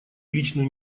личную